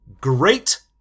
Great